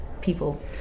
people